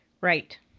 Right